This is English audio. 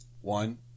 One